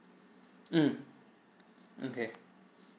mm okay